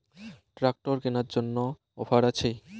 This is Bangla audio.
ট্রাক্টর কেনার জন্য অফার আছে?